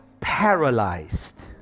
paralyzed